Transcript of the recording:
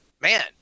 man